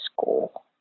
school